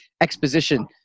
exposition